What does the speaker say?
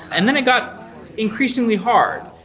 and then i got increasingly hard.